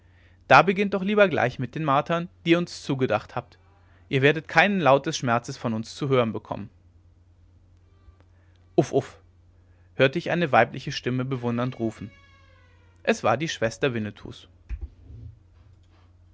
da beginnt doch lieber gleich mit den martern die ihr uns zugedacht habt ihr werdet keinen laut des schmerzes von uns zu hören bekommen uff uff hörte ich eine weibliche stimme bewundernd rufen es war die schwester winnetous